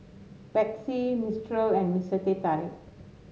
Betsy Mistral and Mister Teh Tarik